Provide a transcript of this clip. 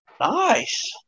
Nice